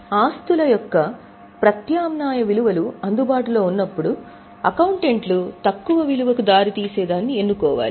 కాబట్టి ఆస్తుల యొక్క ప్రత్యామ్నాయ విలువలు అందుబాటులో ఉన్నప్పుడు అకౌంటెంట్లు తక్కువ విలువకు దారితీసేదాన్ని ఎన్నుకోవాలి